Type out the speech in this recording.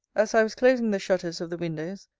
as i was closing the shutters of the windows,